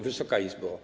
Wysoka Izbo!